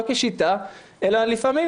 לא כשיטה אלא לפעמים,